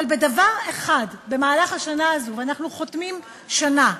אבל בדבר אחד במהלך השנה הזאת, ואנחנו חותמים שנה,